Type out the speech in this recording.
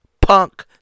Punk